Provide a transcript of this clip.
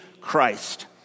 Christ